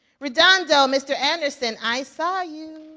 redondo, mr. anderson, i saw you.